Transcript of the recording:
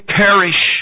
perish